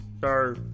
Sir